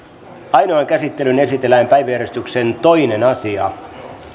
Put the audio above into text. ainoaan käsittelyyn esitellään päiväjärjestyksen toinen asia